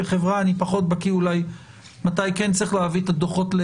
בחברה אני אולי פחות בקי מתי כן צריך להביא את הדוחות.